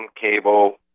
cable